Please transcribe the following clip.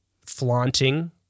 flaunting